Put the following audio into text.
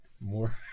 more